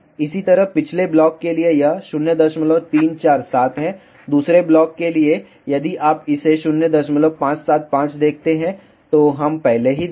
इसी तरह पिछले ब्लॉक के लिए यह 0347 है दूसरे ब्लॉक के लिए यदि आप इसे 0575 देखते हैं तो हम पहले ही दे चुके हैं